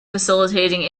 facilitating